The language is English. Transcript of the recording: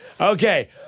Okay